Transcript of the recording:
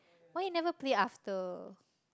why you never play after